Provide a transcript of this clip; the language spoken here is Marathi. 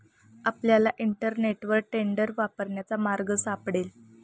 आपल्याला इंटरनेटवर टेंडर वापरण्याचा मार्ग सापडेल